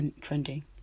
trending